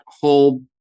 whole